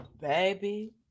baby